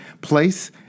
place